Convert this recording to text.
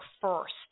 first